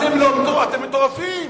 אתם מטורפים.